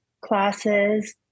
classes